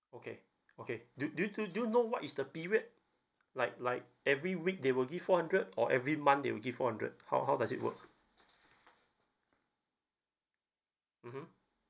okay okay do do you~ do you know what is the period like like every week they will give four hundred or every month they will give four hundred how how does it work mmhmm